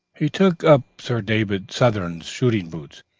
he took up sir david southern's shooting-boots,